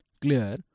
clear